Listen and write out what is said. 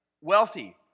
wealthy